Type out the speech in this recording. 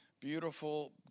beautiful